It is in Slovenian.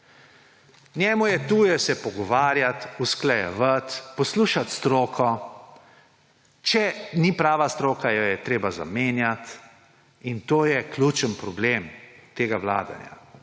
Njemu je tuje se pogovarjati, usklajevati, poslušati stroko, če ni prava stroka jo je treba zamenjati. In to je ključni problem tega vladanja.